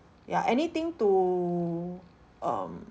ya anything to um